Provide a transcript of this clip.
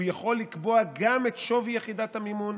הוא יכול לקבוע גם את שווי יחידת המימון,